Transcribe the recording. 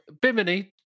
Bimini